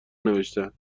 نوشتهاند